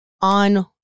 on